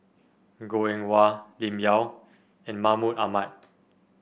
Goh Eng Wah Lim Yau and Mahmud Ahmad